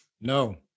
no